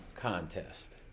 contest